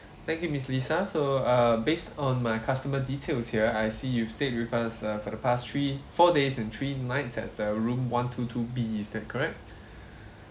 thank you miss lisa so err based on my customer details here I see you've stayed with us uh for the past three four days and three nights at the room one two two B is that correct